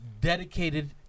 dedicated